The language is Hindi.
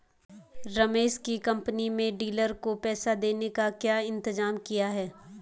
रमेश की कंपनी में डीलर को पैसा देने का क्या इंतजाम किया है?